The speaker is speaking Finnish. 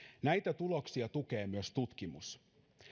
näitä toimia tukee myös tutkimus